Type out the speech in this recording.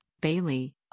Bailey